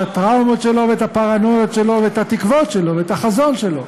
הטראומות שלו ואת הפרנויות שלו ואת התקוות שלו ואת החזון שלו,